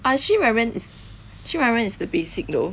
ah shin ramen is shin ramen is the basic though